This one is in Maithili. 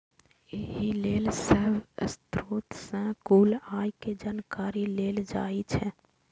एहि लेल सब स्रोत सं कुल आय के जानकारी लेल जाइ छै